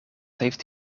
heeft